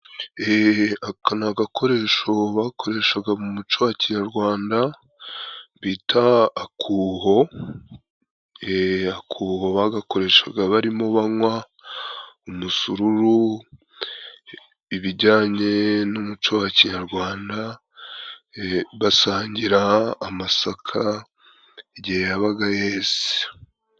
Akanagakoresho bakoreshaga mu muco wa kinyarwanda, bita akuho akuho bagakoreshaga barimo banywa umusururu ibijyanye n'umuco wa kinyarwanda basangira amasaka igihe yabaga yeze.